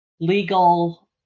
legal